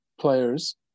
players